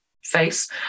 face